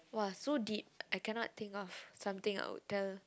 !wah! so deep I cannot think of something I would tell